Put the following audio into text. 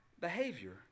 behavior